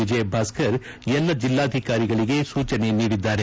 ವಿಜಯಭಾಸ್ತರ್ ಎಲ್ಲಾ ಜಿಲ್ಲಾಧಿಕಾರಿಗಳಿಗೆ ಸೂಜನೆ ನೀಡಿದ್ದಾರೆ